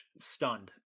stunned